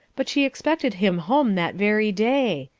but she expected him home that very day.